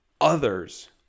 others